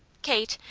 kate,